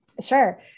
Sure